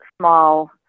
small